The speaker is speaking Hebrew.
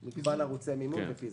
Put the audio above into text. על מגוון ערוצי מימון ופיזור.